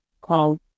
called